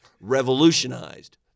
revolutionized